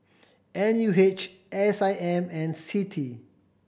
N U H S I M and CITI